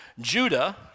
Judah